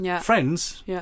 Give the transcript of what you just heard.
friends